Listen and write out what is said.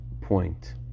point